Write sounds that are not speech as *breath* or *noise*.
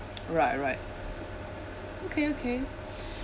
*noise* right right okay okay *breath*